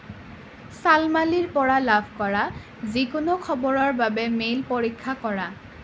শ্বালমালীৰ পৰা লাভ কৰা যিকোনো খবৰৰ বাবে মেইল পৰীক্ষা কৰা